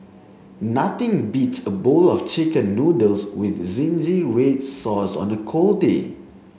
nothing beats a bowl of chicken noodles with zingy red sauce on a cold day